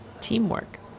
Teamwork